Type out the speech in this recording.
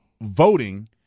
voting